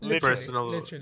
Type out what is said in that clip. personal